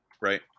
right